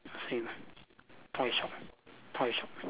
same toy shop toy shop